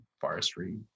forestry